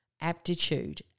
aptitude